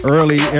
Early